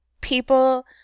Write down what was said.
people